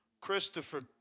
Christopher